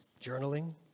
journaling